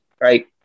right